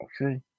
okay